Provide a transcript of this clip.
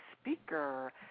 speaker